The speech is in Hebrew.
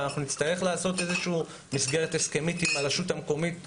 אבל אנחנו נצטרך לעשות איזושהי מסגרת הסכמית עם הרשות המקומית שתיבחר,